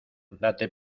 date